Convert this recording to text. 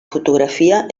fotografia